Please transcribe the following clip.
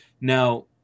Now